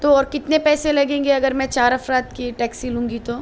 تو اور کتنے پیسے لگیں گے اگر میں چار افراد کی ٹیکسی لوں گی تو